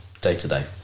day-to-day